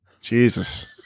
Jesus